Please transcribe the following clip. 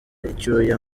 icyuya